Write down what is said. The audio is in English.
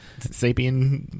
sapien